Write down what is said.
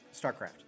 Starcraft